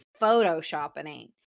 photoshopping